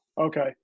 Okay